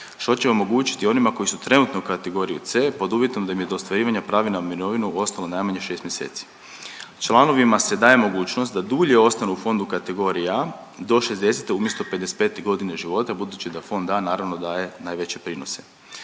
što će omogućiti onima koji su trenutno u kategoriji C, pod uvjetom da im je do ostvarivanja prava na mirovinu ostalo najmanje 6 mjeseci. Članovi se daje mogućnost da dulje ostanu u fondu kategorije A do 60.-te umjesto 55.g. života budući da fond A naravno daje najveće prinose.